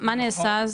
מה נעשה אז?